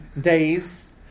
days